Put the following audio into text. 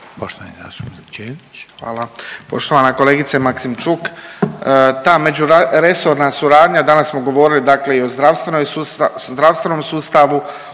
Ivan (HDZ)** Hvala. Poštovana kolegice Maksimčuk, ta međuresorna suradnja danas smo govorili dakle i o zdravstvenom sustavu,